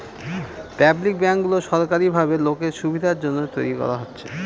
public ব্যাঙ্কগুলো সরকারি ভাবে লোকের সুবিধার জন্য তৈরী করা হচ্ছে